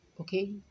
okay